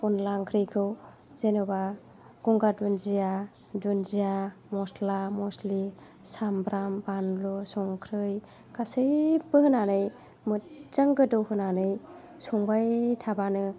अनला ओंख्रिखौ जेनेबा गंगार दुन्दिया दुन्दिया मस्ला मस्लि साम्ब्राम बानलु संख्रि गासैबो होनानै मोजां गोदौहोनानै संबाय थाबानो